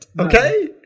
Okay